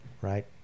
right